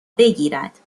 بگیرد